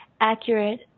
accurate